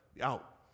out